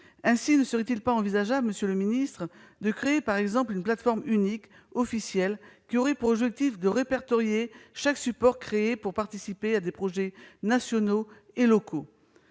Ainsi, ne serait-il pas envisageable, monsieur le ministre, de créer, par exemple, une plateforme unique officielle, qui aurait pour objet de répertorier chaque support créé pour participer à des projets nationaux et locaux